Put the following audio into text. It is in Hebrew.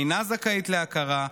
אינה זכאית להכרה,